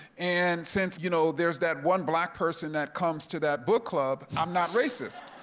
and since you know there's that one black person that comes to that book club, i'm not racist.